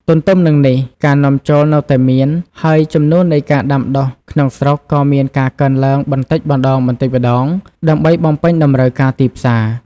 ទន្ទឹមនឹងនេះ ការនាំចូលនៅតែមាន ហើយចំនួននៃការដាំដុះក្នុងស្រុកក៏មានការកើនឡើងបន្តិចម្តងៗដើម្បីបំពេញតម្រូវការទីផ្សារ។